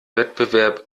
wettbewerb